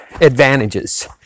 advantages